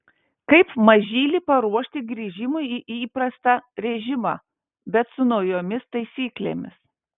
kaip mažylį paruošti grįžimui į įprastą režimą bet su naujomis taisyklėmis